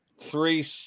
three